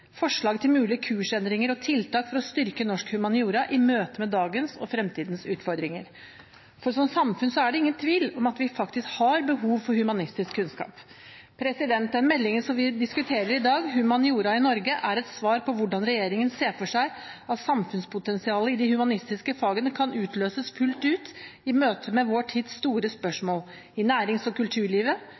forslag til mulige kursendringer og tiltak for å styrke norsk humaniora i møte med dagens og fremtidens utfordringer. For som samfunn er det ingen tvil om at vi faktisk har behov for humanistisk kunnskap. Den meldingen vi diskuterer i dag, Humaniora i Norge, er et svar på hvordan regjeringen ser for seg at samfunnspotensialet i de humanistiske fagene kan utløses fullt ut i møte med vår tids store spørsmål, i nærings- og kulturlivet,